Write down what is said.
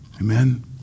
Amen